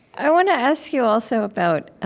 i want to ask you also about